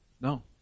No